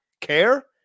care